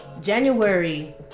January